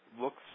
looks